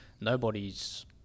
nobody's